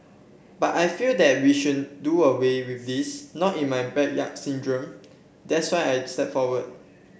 but I feel that we should do away with this not in my backyard syndrome that's why I stepped forward